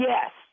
Yes